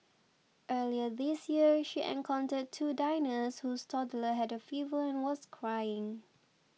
earlier this year she encountered two diners whose toddler had a fever and was crying